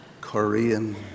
Korean